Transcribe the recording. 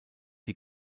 die